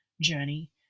journey